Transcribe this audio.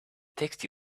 text